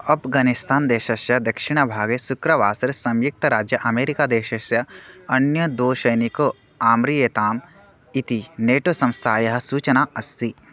अफ्गानिस्तान् देशस्य दक्षिणभागे शुक्रवासरे संयुक्तराज्यामेरिका देशस्य अन्यौ द्वौ सैनिकौ अम्रियेताम् इति नेटो संस्थायाः सूचना अस्ति